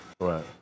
Right